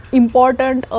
important